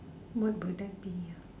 what would that be ah